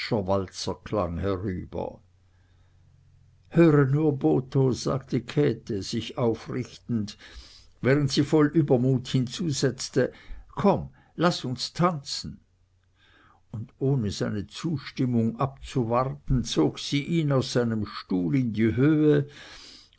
walzer klang herüber höre nur botho sagte käthe sich aufrichtend während sie voll übermut hinzusetzte komm laß uns tanzen und ohne seine zustimmung abzuwarten zog sie ihn aus seinem stuhl in die höh